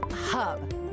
hub